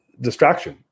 distraction